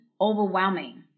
overwhelming